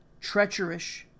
treacherous